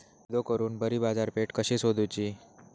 फायदो करून बरी बाजारपेठ कशी सोदुची?